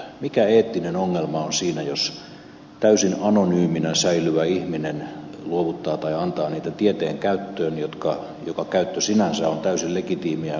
mikä eettinen ongelma on siinä jos täysin anonyyminä säilyvä ihminen luovuttaa tai antaa niitä tieteen käyttöön joka käyttö sinänsä on täysin legitiimiä ja oikein